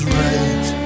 right